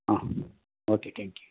ಹಾಂ okay thank you